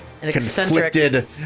Conflicted